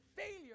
Failure